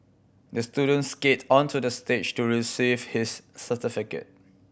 the student skated onto the stage to receive his certificate